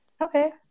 Okay